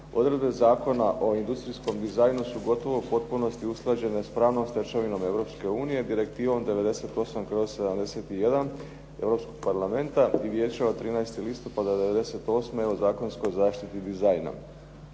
Odredbe Zakona o industrijskom dizajnu su gotovo u potpunosti usklađene sa pravnom stečevinom Europske unije, direktivom 98/71 Europskog parlamenta i Vijeća od 13. listopada 98. o zakonskoj zaštiti dizajna.